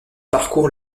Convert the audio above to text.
parcourent